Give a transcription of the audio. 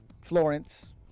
Florence